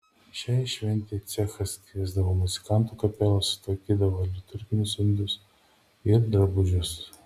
šiai šventei cechas kviesdavo muzikantų kapelą sutvarkydavo liturginius indus ir drabužius